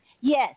Yes